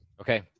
Okay